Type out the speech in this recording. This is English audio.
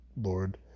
lord